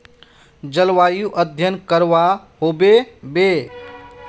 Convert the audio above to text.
जलवायु अध्यन करवा होबे बे?